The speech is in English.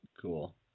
cool